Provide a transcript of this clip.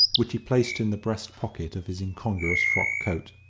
which he placed in the breast pocket of his incongruous frock-coat.